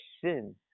sin